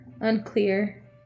unclear